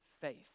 faith